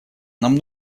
нам